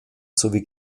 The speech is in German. sowie